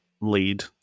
lead